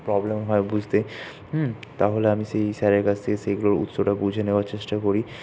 problem হয় বুঝতে তাহলে আমি সেগুলো সেই স্যারের কাছ থেকে উৎসটা বুঝে নেওয়ার চেষ্টা করি